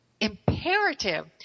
imperative